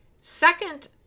Second